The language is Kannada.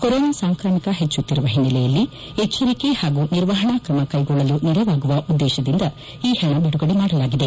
ಕೊರೋನಾ ಸಾಂಕ್ರಾಮಿಕ ಹೆಚ್ಚುತ್ತಿರುವ ಓನ್ನೆಲೆಯಲ್ಲಿ ಎಚ್ಚರಿಕೆ ಹಾಗೂ ನಿರ್ವಹಣಾ ಕ್ರಮ ಕೈಗೊಳ್ಳಲು ನೆರವಾಗುವ ಉದ್ದೇಶದಿಂದ ಈ ಪಣವನ್ನು ಬಿಡುಗಡೆ ಮಾಡಲಾಗಿದೆ